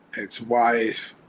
ex-wife